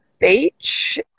beach